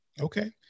Okay